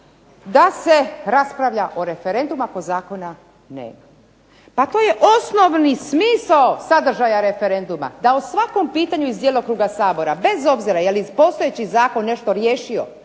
da se raspravlja o referendumu ako Zakona nema. Pa to je osnovni smisao sadržaja referenduma da o svakom pitanju iz djelokruga Sabora, bez obzira je li postojeći zakon riješio